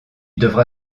devra